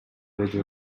деди